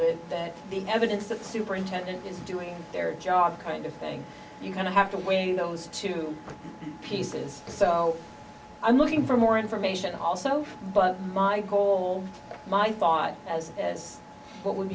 that the evidence the superintendent is doing their job kind of thing you're going to have to weigh those two pieces so i'm looking for more information also but my goal my thought as this what would